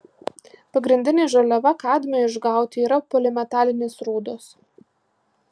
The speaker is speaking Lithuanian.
pagrindinė žaliava kadmiui išgauti yra polimetalinės rūdos